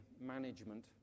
management